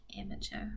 amateur